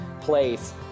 place